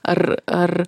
ar ar